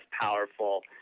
powerful